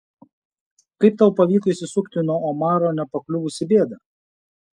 kaip tau pavyko išsisukti nuo omaro nepakliuvus į bėdą